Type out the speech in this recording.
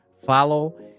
follow